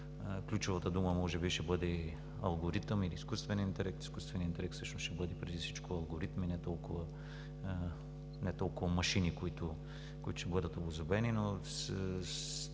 Ключовата дума може би ще бъде „алгоритъм“ или „изкуствен интелект“. Изкуственият интелект всъщност ще бъде преди всичко алгоритми, не толкова машини, които ще бъдат обособени, но малко